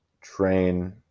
train